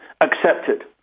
accepted